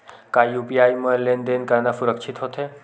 का यू.पी.आई म लेन देन करना सुरक्षित होथे?